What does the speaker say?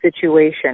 situation